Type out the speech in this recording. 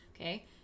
okay